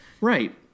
Right